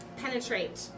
penetrate